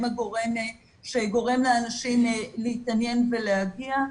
הגורם שגורם לאנשים להתעניין ולהגיע.